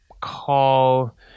call